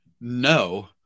no